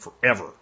forever